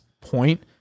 point